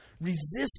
Resist